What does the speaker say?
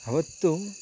ಆವತ್ತು